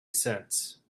cents